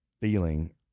feeling